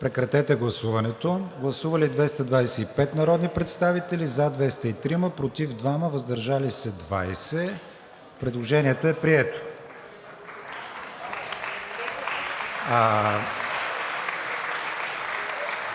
Прегласуване. Гласували 224 народни представители: за 203, против 1, въздържали се 20. Предложението е прието. При